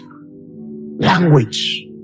language